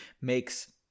makes